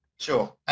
Sure